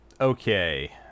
Okay